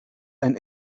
ein